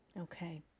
Okay